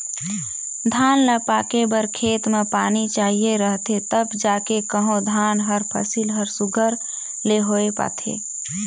धान ल पाके बर खेत में पानी चाहिए रहथे तब जाएके कहों धान कर फसिल हर सुग्घर ले होए पाथे